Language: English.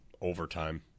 overtime